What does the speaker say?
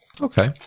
Okay